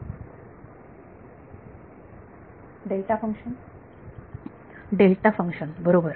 विद्यार्थी delta delta function बरोबर